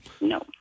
No